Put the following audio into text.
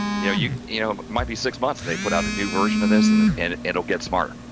you know, you you know, might be six months and they put out a new version of this and and it'll get smarter,